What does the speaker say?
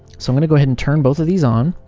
so i'm going to go ahead and turn both of these on.